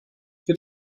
wir